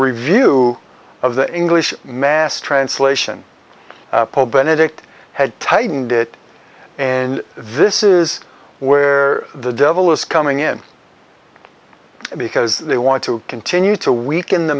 review of the english mass translation pope benedict has tightened it and this is where the devil is coming in because they want to continue to weaken the